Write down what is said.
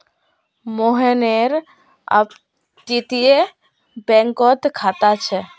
मोहनेर अपततीये बैंकोत खाता छे